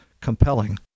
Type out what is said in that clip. compelling